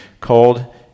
called